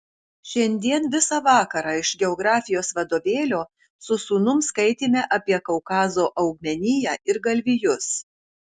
šiandien visą vakarą iš geografijos vadovėlio su sūnum skaitėme apie kaukazo augmeniją ir galvijus